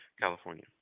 California